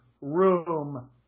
room